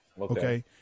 Okay